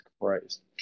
christ